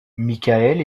michaël